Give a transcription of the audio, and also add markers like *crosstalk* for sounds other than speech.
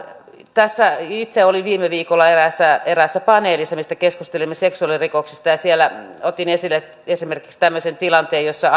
tässä itse olin viime viikolla eräässä eräässä paneelissa missä keskustelimme seksuaalirikoksista ja siellä otin esille esimerkiksi tämmöisen tilanteen jossa *unintelligible*